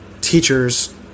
teachers